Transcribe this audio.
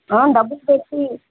డబ్బుపెట్టి